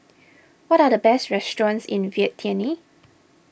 what are the best restaurants in Vientiane